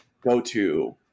go-to